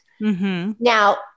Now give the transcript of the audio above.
Now